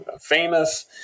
famous